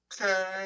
okay